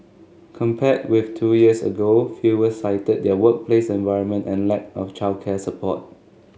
compared with two years ago fewer cited their workplace environment and lack of childcare support